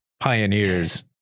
pioneers